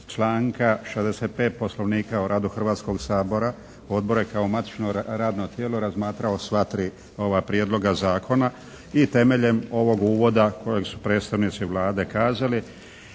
članka 65. Poslovnika o radu Hrvatskog sabora Odbor je kao matično radno tijelo razmatrao sva 3 ova prijedloga zakona i temeljem ovog uvoda kojeg su predstavnici Vlade kazali